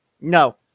No